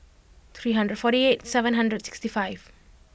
three hundred forty eight seven hundred sixty five